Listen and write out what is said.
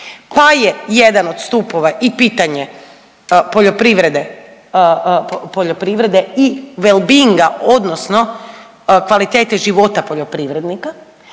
pa je jedan od stupova i pitanje poljoprivrede i wellbeing-a odnosno kvalitete života poljoprivrednika,